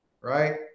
right